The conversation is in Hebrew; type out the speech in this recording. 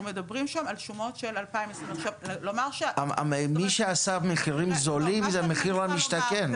אנחנו מדברים שם על שומות של 2020. מי שעשה מחירים זולים זה מחיר למשתכן.